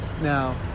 Now